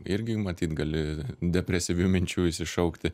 irgi matyt gali depresyvių minčių išsišaukti